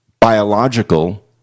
biological